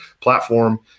platform